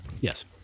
Yes